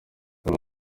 dore